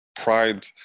Pride